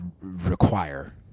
require